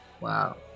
wow